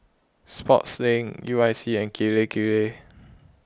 Sportslink U I C and Kirei Kirei